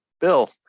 Bill